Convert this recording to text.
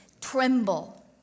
tremble